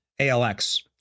ALX